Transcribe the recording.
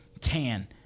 tan